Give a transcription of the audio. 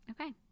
Okay